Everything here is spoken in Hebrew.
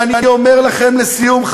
ואני אומר לכם לסיום,